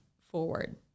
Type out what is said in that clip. forward